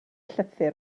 llythyr